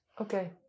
Okay